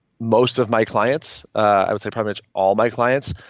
most of my clients, i would say pretty much all my clients.